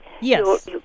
Yes